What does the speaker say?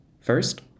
First